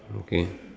okay